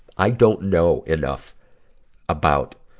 i don't know enough about,